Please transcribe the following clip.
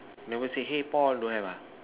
never say hey Paul don't have ah